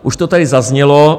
Už to tady zaznělo.